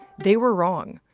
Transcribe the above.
they were wrong.